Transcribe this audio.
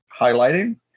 highlighting